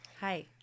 Hi